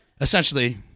Essentially